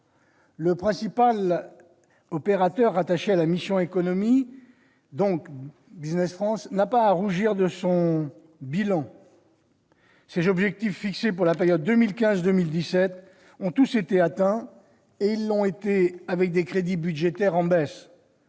Principal opérateur rattaché à la mission « Économie », Business France n'a pas à rougir de son bilan : ses objectifs pour la période 2015-2017 ont tous été atteints, et avec des crédits budgétaires en baisse.